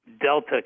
delta